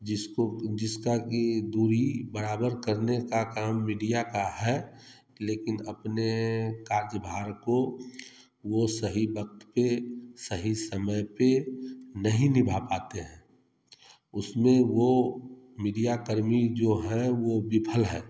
जिसको जिसका ये दूरी बराबर करने का काम मीडिया का है लेकिन अपने कार्यभार को वो सही वक्त पर सही समय पर नहीं निभा पाते हैं उसमें वो मीडिया कर्मी जो है वो विफल हैं